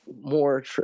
more